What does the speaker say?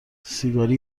سیگاری